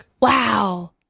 Wow